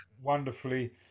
wonderfully